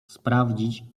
sprawdzić